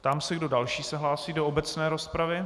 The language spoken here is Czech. Ptám se, kdo další se hlásí do obecné rozpravy.